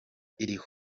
iriho